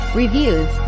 reviews